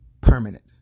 permanent